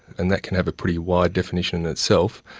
and that can have a pretty wide definition in itself,